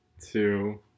two